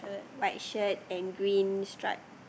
white shirt and green stripe